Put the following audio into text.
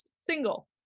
single